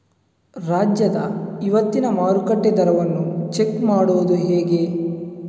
ರಾಜ್ಯದ ಇವತ್ತಿನ ಮಾರುಕಟ್ಟೆ ದರವನ್ನ ಚೆಕ್ ಮಾಡುವುದು ಹೇಗೆ?